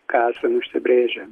ką užsibrėžę